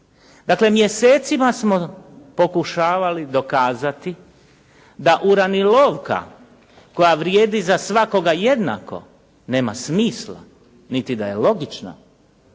Dakle, mjesecima smo pokušavali dokazati da uravnilovka koja vrijedi za svakoga jednako, nema smisla, niti da je logična,